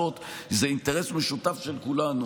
וההפרדה הזאת זה אינטרס משותף של כולנו.